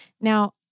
Now